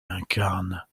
incarne